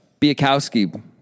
Biakowski